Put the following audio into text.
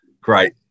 great